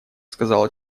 сказала